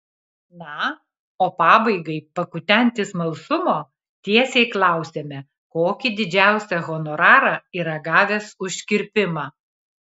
na o pabaigai pakutenti smalsumo tiesiai klausiame kokį didžiausią honorarą yra gavęs už kirpimą